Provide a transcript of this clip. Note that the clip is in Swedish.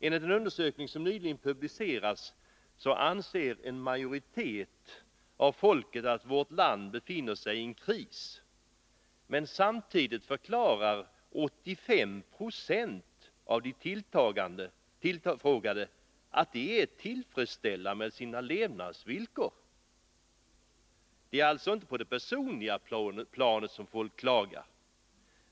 Enligt en undersökning som nyligen publicerats anser en majoritet av folket att vårt land befinner sig i en kris, men samtidigt förklarar 85 Jo av de tillfrågade att de är tillfredsställda med sina levnadsvillkor. Det är alltså inte av personliga skäl som folk klagar.